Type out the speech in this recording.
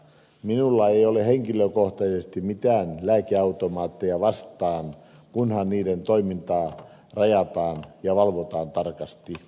minulla ei ole henkilökohtaisesti mitään lääkeautomaatteja vastaan kunhan niiden toimintaa rajataan ja valvotaan tarkasti